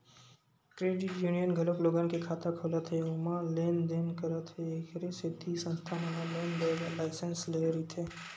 credit union घलोक लोगन के खाता खोलत हे ओमा लेन देन करत हे एखरे सेती संस्था मन ह लोन देय बर लाइसेंस लेय रहिथे